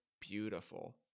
beautiful